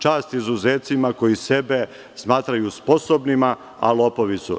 Čast izuzecima koji sebe smatraju sposobnima, a lopovi su.